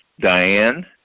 Diane